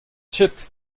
ket